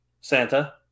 Santa